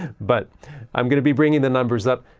but i'm going to be bringing the numbers up.